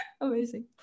Amazing